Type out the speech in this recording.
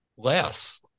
Less